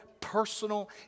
personal